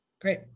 Great